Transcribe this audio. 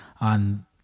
on